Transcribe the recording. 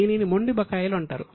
దీనిని మొండి బకాయిలు అంటారు